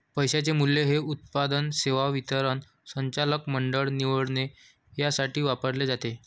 पैशाचे मूल्य हे उत्पादन, सेवा वितरण, संचालक मंडळ निवडणे यासाठी वापरले जाते